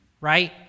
right